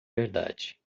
verdade